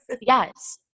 Yes